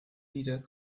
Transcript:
wieder